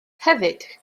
hefyd